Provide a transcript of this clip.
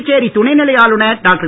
புதுச்சேரி துணைநிலை ஆளுனர் டாக்டர்